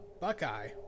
Buckeye